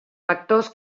factors